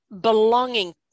belonging